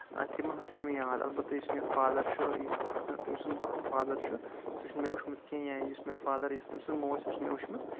تِمن ہُنٛد چھُ مےٚ یاد اَلبتہٕ یُس مےٚ فادر چھُ یُس تٔمۍ سُنٛد فادر چھُ سُہ چھُ نہٕ مےٚ وٕچھمُت کیٚنٛہہ یا یُس مےٚ فادر یُس تٔمۍ سٕنٛز موج سۄ چھےٚ نہٕ مےٚ وٕچھ مژٕ